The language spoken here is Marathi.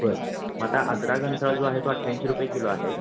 बरं मग आता आजरा घनसाळा जो आहे तो अठ्याऐंशी रुपये किलो आहे